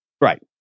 Right